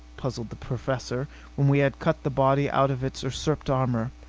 puzzled the professor when we had cut the body out of its usurped armor.